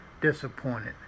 disappointed